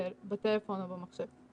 בטלפון או במחשב.